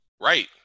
Right